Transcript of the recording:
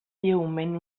lleument